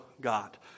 God